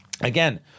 Again